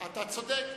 אתה צודק.